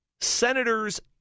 senators